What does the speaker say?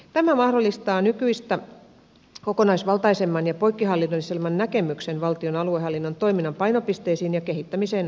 tämä mahdollistaa nykyistä kokonaisvaltaisemman ja poikkihallinnollisemman näkemyksen valtion aluehallinnon toiminnan painopisteisiin ja kehittämiseen hallituskaudella